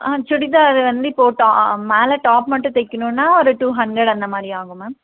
ஆ சுடிதார் வந்து இப்போ டா மேலே டாப் மட்டும் தைக்கணும்னா ஒரு டூ ஹண்ரட் அந்த மாதிரி ஆகும் மேம்